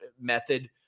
method